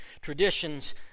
Traditions